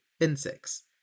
insects